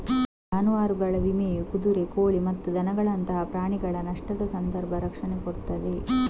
ಜಾನುವಾರುಗಳ ವಿಮೆಯು ಕುದುರೆ, ಕೋಳಿ ಮತ್ತು ದನಗಳಂತಹ ಪ್ರಾಣಿಗಳ ನಷ್ಟದ ಸಂದರ್ಭ ರಕ್ಷಣೆ ಕೊಡ್ತದೆ